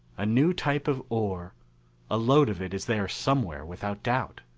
a new type of ore a lode of it is there somewhere, without doubt.